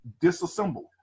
disassembled